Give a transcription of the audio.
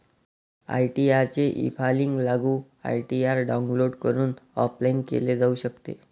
ITR चे efiling लागू ITR download करून ऑफलाइन केले जाऊ शकते